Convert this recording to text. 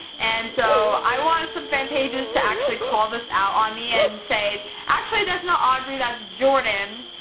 and so i want some fan pages to actually call this out on me and say actually that's not audrey, that's jordan,